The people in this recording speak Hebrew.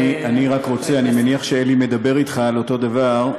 אני מניח שאלי מדבר אתך על אותו דבר,